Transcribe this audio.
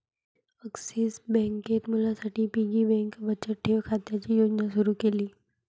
axis बँकेत मुलांसाठी piggy bank बचत ठेव खात्याची योजना सुरू केली